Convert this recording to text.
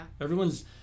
Everyone's